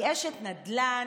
היא אשת נדל"ן,